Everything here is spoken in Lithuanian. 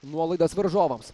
nuolaidas varžovams